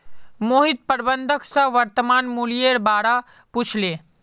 मोहित प्रबंधक स वर्तमान मूलयेर बा र पूछले